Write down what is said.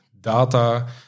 data